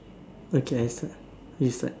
okay I start you start